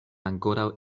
ankoraŭ